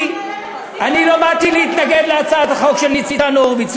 אני לא באתי להתנגד להצעת החוק של ניצן הורוביץ,